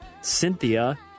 Cynthia